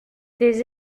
les